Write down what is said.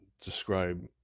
describe